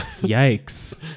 yikes